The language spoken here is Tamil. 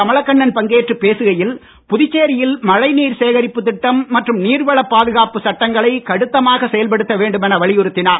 கமலக்கண்ணன் பங்கேற்றுப் பேசுகையில் புதுச்சேரியில் மழைநீர் சேகரிப்பு திட்டம் மற்றும் நீர்வளப் பாதுகாப்பு சட்டங்களை கடுத்தமாக செயல்படுத்த வேண்டும் என வலியுறுத்தினார்